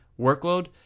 workload